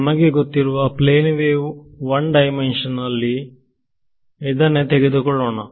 ನಮಗೆ ಗೊತ್ತಿರುವುದು plane wave one dimension ನಲ್ಲಿ ನಾವು ಇದನ್ನೇ ತೆಗೆದುಕೊಳ್ಳೋಣ